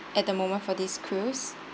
at the moment for this cruise